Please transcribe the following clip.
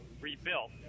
rebuilt